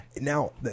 now